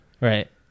right